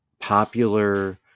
popular